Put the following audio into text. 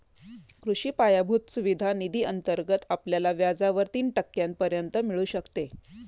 कृषी पायाभूत सुविधा निधी अंतर्गत आपल्याला व्याजावर तीन टक्क्यांपर्यंत मिळू शकते